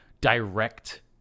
direct